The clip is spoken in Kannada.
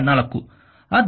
4